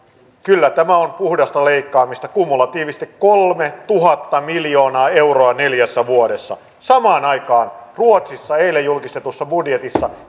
kyllä tämä on puhdasta leikkaamista kumulatiivisesti kolmetuhatta miljoonaa euroa neljässä vuodessa samaan aikaan ruotsissa eilen julkistetussa budjetissa